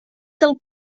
del